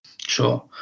Sure